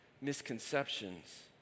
misconceptions